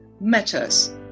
matters